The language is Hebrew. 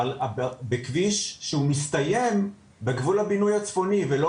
אבל בכביש שהוא מסתיים בגבול הבינוי הצפוני ולא